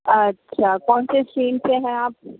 اچھا کون سے اسٹریم سے ہیں آپ